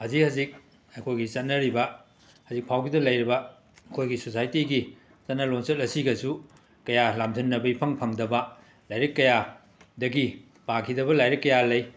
ꯍꯧꯖꯤꯛ ꯍꯧꯖꯤꯛ ꯑꯩꯈꯣꯏꯒꯤ ꯆꯠꯅꯔꯤꯕ ꯍꯧꯖꯤꯛꯐꯥꯎꯒꯤꯗ ꯂꯩꯔꯤꯕ ꯑꯩꯈꯣꯏꯒꯤ ꯁꯣꯁꯥꯏꯇꯤꯒꯤ ꯆꯠꯅ ꯂꯣꯟꯆꯠ ꯑꯁꯤꯒꯁꯨ ꯀꯌꯥ ꯂꯥꯝꯁꯤꯟꯅꯕ ꯏꯐꯪ ꯐꯪꯗꯕ ꯂꯥꯏꯔꯤꯛ ꯀꯌꯥꯗꯒꯤ ꯄꯥꯈꯤꯗꯕ ꯂꯥꯏꯔꯤꯛ ꯀꯌꯥ ꯂꯩ